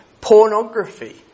pornography